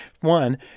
One